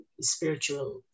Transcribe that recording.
spiritual